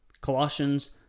Colossians